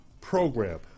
program